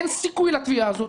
אין סיכוי לתביעה הזאת.